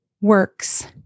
works